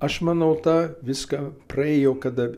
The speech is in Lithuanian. aš manau tą viską praėjau kada